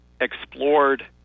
explored